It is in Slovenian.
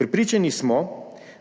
Prepričani smo,